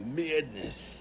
madness